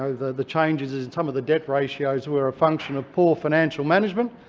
the the changes in some of the debt ratios were a function of poor financial management.